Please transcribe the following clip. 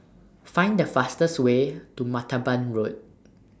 Find The fastest Way to Martaban Road